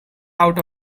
out